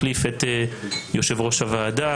אני מחליף את יושב-ראש הוועדה,